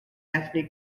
anthony